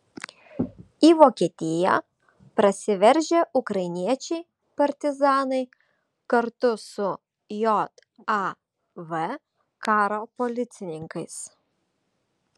į vokietiją prasiveržę ukrainiečiai partizanai kartu su jav karo policininkais